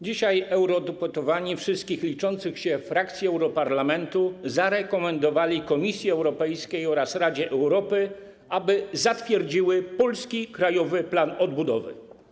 Dzisiaj eurodeputowani wszystkich liczących się frakcji europarlamentu zarekomendowali Komisji Europejskiej oraz Radzie Europy, aby zatwierdziły polski Krajowy Plan Odbudowy.